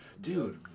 dude